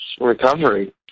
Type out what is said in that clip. recovery